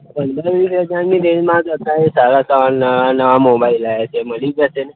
પંદર વીસ હજારની રેંજમાં અત્યારે સારા સારા નવા નવા મોબાઈલ આવ્યા છે મળી જશે ને